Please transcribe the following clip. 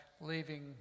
leaving